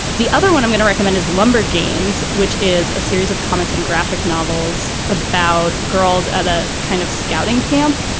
the other one i'm gonna recommend is lumber jeans which is a series of comics and graphic novels about girls at a kind of scouting camp.